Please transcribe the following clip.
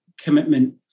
commitment